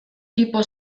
tipo